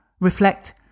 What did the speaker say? reflect